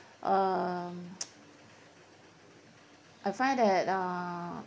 um I find that uh